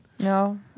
No